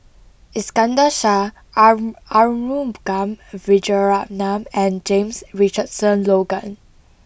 Iskandar Shah Aru Arumugam Vijiaratnam and James Richardson Logan